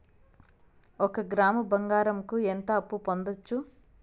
ఒక గ్రాము బంగారంకు ఎంత అప్పు పొందొచ్చు